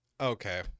Okay